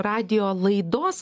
radijo laidos